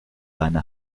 leine